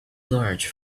large